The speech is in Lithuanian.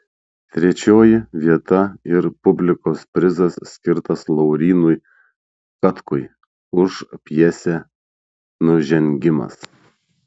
trečioji vieta ir publikos prizas skirtas laurynui katkui už pjesę nužengimas